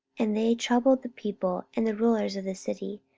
and they troubled the people and the rulers of the city,